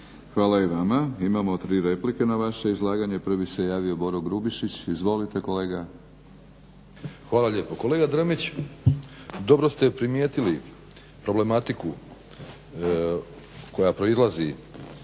Hvala i vama. Imamo 3 replike na vaše izlaganje. Prvi se javio Boro Grubišić. Izvolite kolega. **Grubišić, Boro (HDSSB)** Hvala lijepo. Kolega Drmić dobro ste primijetili problematiku koja proizlazi